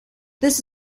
this